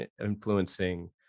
influencing